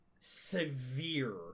severe